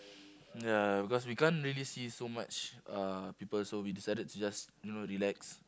ya because we can't really see so much uh people so we decided to just you know relax